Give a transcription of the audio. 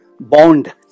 bond